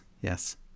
Yes